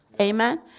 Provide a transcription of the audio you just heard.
Amen